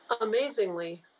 Amazingly